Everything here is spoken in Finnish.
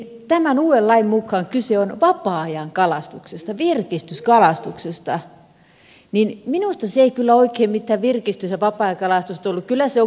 tämän uuden lain mukaan kyse on vapaa ajankalastuksesta virkistyskalastuksesta minusta se ei kyllä oikein mitään virkistys ja vapaa ajankalastusta ollut kyllä se on kotitarvekalastusta